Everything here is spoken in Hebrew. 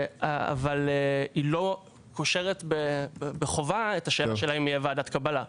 אבל היא לא קושרת בחובה את השאלה האם תהיה ועדת קבלה.